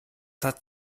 hat